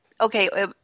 okay